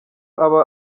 aba